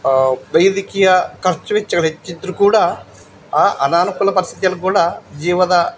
ವೈದ್ಯಕೀಯ ಖರ್ಚು ವೆಚ್ಚಗಳು ಹೆಚ್ಚಿದ್ರೂ ಕೂಡ ಆ ಅನಾನುಕೂಲ ಪರಿಸ್ಥಿತಿಯಲ್ಲಿ ಕೂಡ ಜೀವದ